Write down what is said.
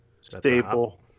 Staple